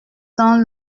dans